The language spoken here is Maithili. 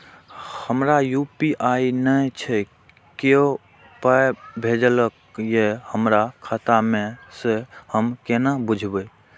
हमरा यू.पी.आई नय छै कियो पाय भेजलक यै हमरा खाता मे से हम केना बुझबै?